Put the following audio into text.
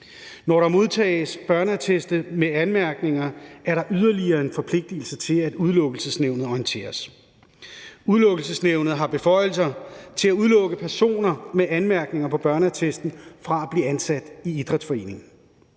Når der modtages børneattester med anmærkninger, er der yderligere en forpligtigelse til, at Udelukkelsesnævnet orienteres. Udelukkelsenævnet har beføjelser til at udelukke personer med anmærkninger på børneattesten fra at blive ansat i idrætsforeninger.